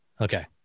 Okay